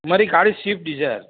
મારી ગાડી Swift Dzire